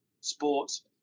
sports